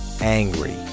angry